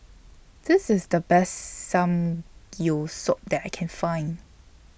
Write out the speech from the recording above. This IS The Best that I Can Find